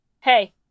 Hey